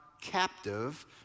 captive